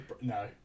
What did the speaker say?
No